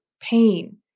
pain